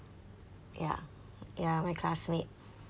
ya ya my classmate